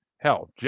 hell